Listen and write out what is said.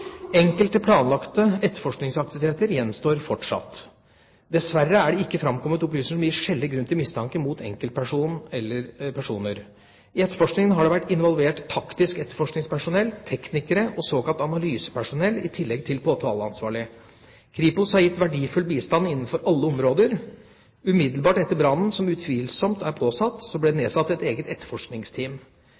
planlagte etterforskningsaktiviteter gjenstår fortsatt. Dessverre er det ikke fremkommet opplysninger som gir skjellig grunn til mistanke mot enkeltperson . I etterforskningen har det vært involvert taktisk etterforskningspersonell, teknikere, og såkalt analysepersonell i tillegg til påtaleansvarlig. Kripos har gitt verdifull bistand innenfor alle områder. Umiddelbart etter brannen – som utvilsomt er påsatt – ble det nedsatt et eget etterforskningsteam.